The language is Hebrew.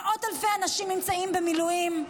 מאות אלפי אנשים נמצאים במילואים,